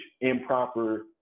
improper